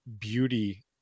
beauty